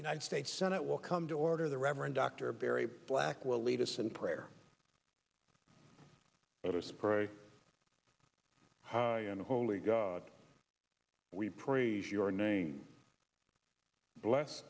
united states senate will come to order the reverend dr barry black will lead us in prayer let us pray holy god we praise your name bless